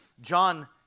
John